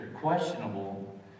questionable